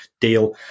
deal